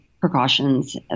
precautions